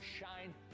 shine